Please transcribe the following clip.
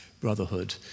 Brotherhood